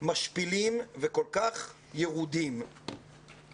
משפילים וכל כך ירודים,